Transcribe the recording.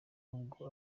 ubwo